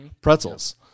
pretzels